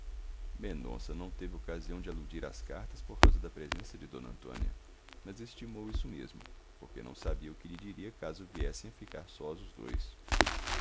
mendonça não teve ocasião de aludir às cartas por causa da presença de d antônia mas estimou isso mesmo porque não sabia o que lhe diria caso viessem a ficar sós os dois